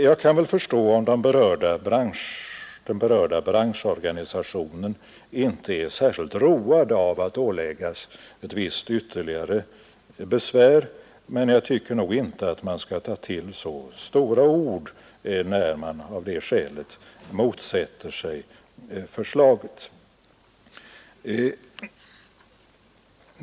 Jag kan väl förstå om den berörda branschorganisationen inte är särskilt road av att åläggas ett visst ytterligare besvär, men jag tycker nog inte man skall ta till så stora ord när man av det skälet motsätter sig förslaget.